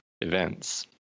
events